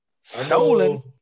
Stolen